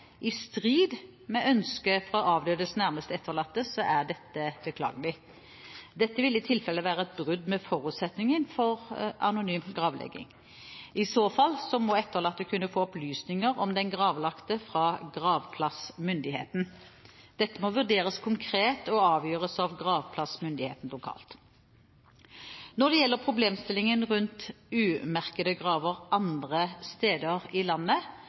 i strid med ønske fra avdødes nærmeste etterlatte, er dette beklagelig. Dette vil i tilfelle være et brudd med forutsetningene for anonym gravlegging. I så fall må etterlatte kunne få opplysninger om den gravlagte fra gravplassmyndigheten. Dette må vurderes konkret og avgjøres av gravplassmyndigheten lokalt. Når det gjelder problemstillingen rundt umerkede graver andre steder i landet,